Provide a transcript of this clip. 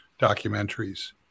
documentaries